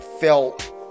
felt